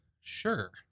sure